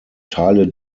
teile